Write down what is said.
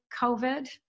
COVID